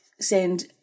send